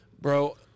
bro